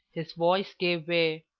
his voice gave way.